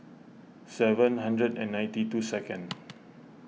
seven hundred and ninety two second